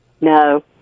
no